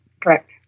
correct